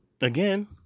again